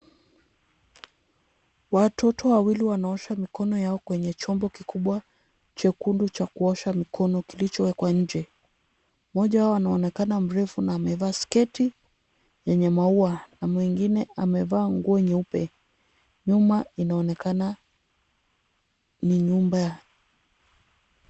Watoto wawili wanaosha mikono yao kwenye chombo kikubwa chekundu cha kuosha mikono kilichowekwa nje. Mmoja wao anaonekana mrefu na amevaa sketi yenye maua na mwingine amevaa nguo nyeupe. Nyuma inaonekana ni nyumba.